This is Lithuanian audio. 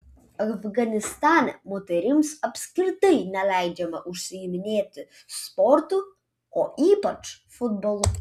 afganistane moterims apskritai neleidžiama užsiiminėti sportu o ypač futbolu